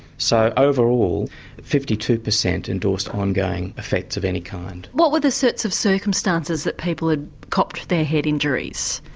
so overall fifty two percent endorsed ongoing effects of any kind. what were the sorts of circumstances that people had copped their head injuries?